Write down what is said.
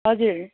हजुर